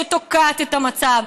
שתוקעת את המצב,